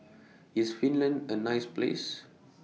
IS Finland A nice Place